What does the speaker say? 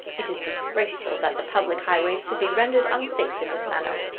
it is disgraceful that the public highways should be rendered unsafe in this manner.